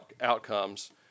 outcomes